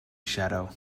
shadow